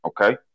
Okay